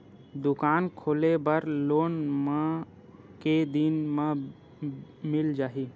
दुकान खोले बर लोन मा के दिन मा मिल जाही?